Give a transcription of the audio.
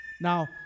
Now